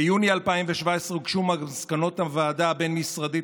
ביוני 2017 הוגשו מסקנות הוועדה הבין-משרדית